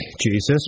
Jesus